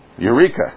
Eureka